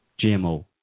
GMO